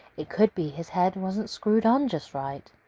it could be his head wasn't screwed on just right.